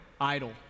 idle